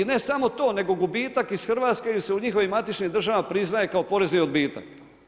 I ne samo to, nego gubitak iz Hrvatske ili se u njihovim matičnim državama priznaje kao porezni odbitak.